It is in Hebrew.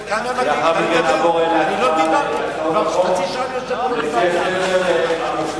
לאחר מכן נעבור להצבעה על הצעות החוק לפי הסדר המופיע.